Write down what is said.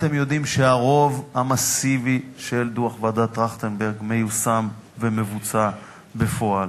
אתם יודעים שהרוב המסיבי של דוח ועדת-טרכטנברג מיושם ומבוצע בפועל.